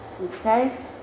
Okay